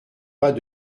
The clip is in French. pas